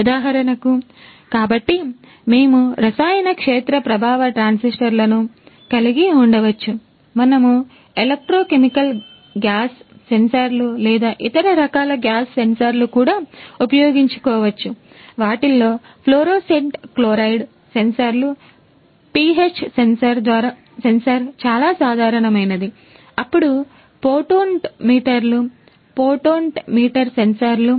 ఉదాహరణకు కాబట్టి మేము రసాయన క్షేత్ర ప్రభావ ట్రాన్సిస్టర్లను పొటెన్టోమీటర్ సెన్సార్లు